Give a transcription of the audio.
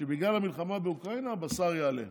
שבגלל המלחמה באוקראינה הבשר יעלה,